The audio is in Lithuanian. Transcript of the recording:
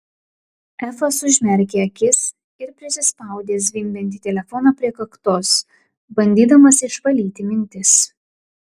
efas užmerkė akis ir prisispaudė zvimbiantį telefoną prie kaktos bandydamas išvalyti mintis